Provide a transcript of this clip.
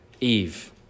Eve